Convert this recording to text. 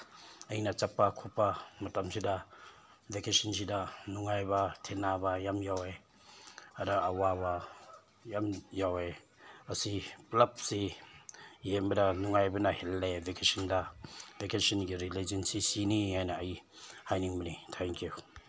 ꯑꯩꯅ ꯆꯠꯄ ꯈꯣꯠꯄ ꯃꯇꯝꯁꯤꯗ ꯚꯦꯀꯦꯁꯟꯁꯤꯗ ꯅꯨꯡꯉꯥꯏꯕ ꯊꯦꯡꯅꯕ ꯌꯥꯝ ꯌꯥꯎꯋꯦ ꯑꯗ ꯑꯋꯥꯕ ꯌꯥꯝ ꯌꯥꯎꯋꯦ ꯑꯁꯤ ꯄꯨꯜꯂꯞꯁꯤ ꯌꯦꯡꯕꯗ ꯅꯨꯡꯉꯥꯏꯕꯅ ꯍꯦꯜꯂꯦ ꯚꯦꯀꯦꯁꯟꯗ ꯚꯦꯀꯦꯁꯟꯒꯤ ꯔꯤꯂꯦꯛꯁꯤꯡꯁꯤ ꯁꯤꯅꯤ ꯍꯥꯏꯅ ꯑꯩ ꯍꯥꯏꯅꯤꯡꯕꯅꯤ ꯊꯦꯡꯛ ꯌꯨ